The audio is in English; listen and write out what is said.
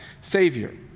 Savior